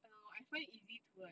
I don't know I find it easy to like